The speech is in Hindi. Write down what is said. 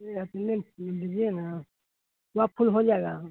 यह अपने लीजिए ना सब फूल हो जाएगा